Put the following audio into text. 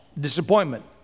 disappointment